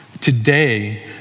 Today